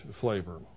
flavor